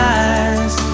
eyes